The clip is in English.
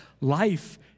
life